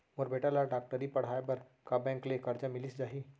मोर बेटा ल डॉक्टरी पढ़ाये बर का बैंक ले करजा मिलिस जाही?